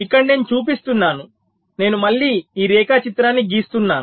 ఇక్కడ నేను చూపిస్తున్నాను నేను మళ్ళీ ఈ రేఖాచిత్రాన్ని గీస్తున్నాను